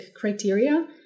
criteria